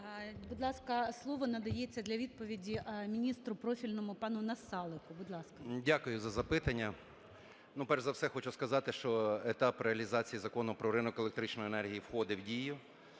Будь ласка, слово надається для відповіді міністру профільному пану Насалику. Будь ласка. 10:39:38 НАСАЛИК І.С. Дякую за запитання. Ну, перш за все, хочу сказати, що етап реалізації Закону "Про ринок електричної енергії" входить в дію